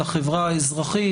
לחברה האזרחית,